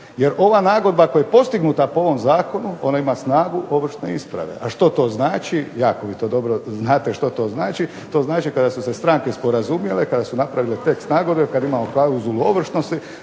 Jer ova nagodba koja je postignuta po ovom zakonu ona ima snagu ovršne isprave. A što to znači? Jako vi to dobro znati što to znači. To znači kada su se stranke sporazumjele, kada su napravile tekst nagodbe, kada imamo klauzulu ovršnosti